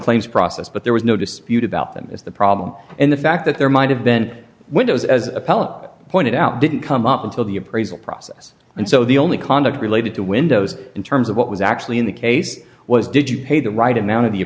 claims process but there was no dispute about them is the problem and the fact that there might have been windows as appellant pointed out didn't come up until the appraisal process and so the only conduct related to windows in terms of what was actually in the case was did you pay the right amount of the